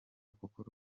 kuko